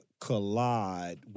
Collide